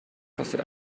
kostet